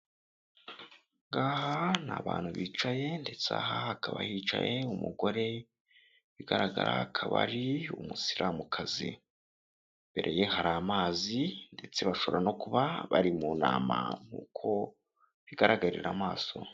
Aha ni abantu bicaye ndetse aha hakaba hicaye umugore ibigaragara akaba ari umusilamukazi. Imbere ye hari amazi ndetse bashobora no kuba bari mu nama nkuko bigaragarira amaso.